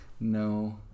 No